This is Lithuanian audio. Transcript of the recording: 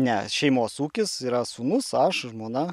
ne šeimos ūkis yra sūnus aš žmona